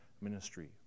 ministry